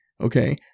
Okay